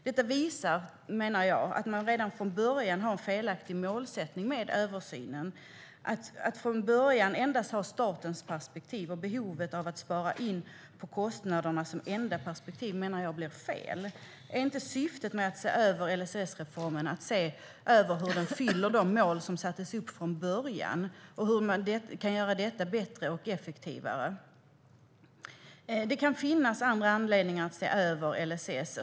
Detta visar, menar jag, att man redan från början har en felaktig målsättning med översynen. Att från början endast ha statens perspektiv och behovet av att spara in på kostnaderna som enda perspektiv menar jag blir fel. Är inte syftet med att se över LSS-reformen att man ska se hur den fyller de mål som sattes upp från början och hur man kan göra detta bättre och effektivare? Det kan finnas andra anledningar att se över LSS.